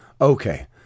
okay